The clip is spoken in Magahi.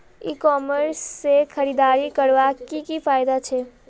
ई कॉमर्स से खरीदारी करवार की की फायदा छे?